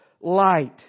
light